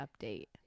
update